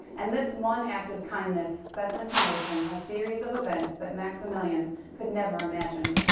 and this one act of kindness sets into motion a series of events that maximillian could never imagine.